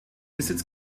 besitz